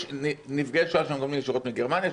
יש נפגעי שואה שמקבלים ישירות מגרמניה,